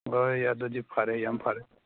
ꯍꯣꯏ ꯑꯗꯨꯗꯤ ꯐꯔꯦ ꯌꯥꯝ ꯐꯔꯦ